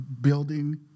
building